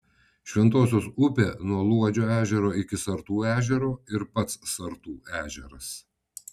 šventosios upė nuo luodžio ežero iki sartų ežero ir pats sartų ežeras